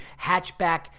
hatchback